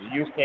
UK